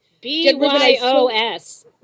B-Y-O-S